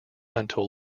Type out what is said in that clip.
until